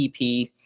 ep